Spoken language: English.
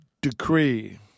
decree